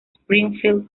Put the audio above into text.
springfield